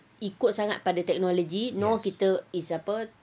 ikut sangat pada technology nor kita is apa